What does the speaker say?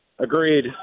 Agreed